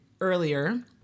earlier